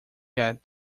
get